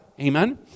amen